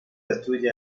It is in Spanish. destruye